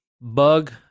bug